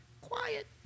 quiet